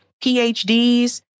PhDs